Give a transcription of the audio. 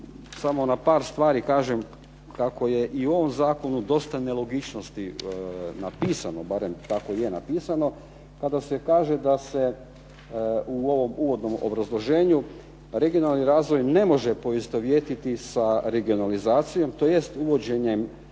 samo na par stvari kažem kako je i u ovom zakonu dosta nelogičnosti napisano, barem tako je napisano, kada se kaže da se u ovom uvodnom obrazloženju regionalni razvoj ne može poistovjetiti sa regionalizacijom tj. uvođenjem